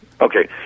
Okay